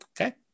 Okay